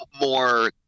more